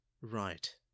Right